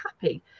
happy